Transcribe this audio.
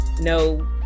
no